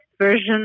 version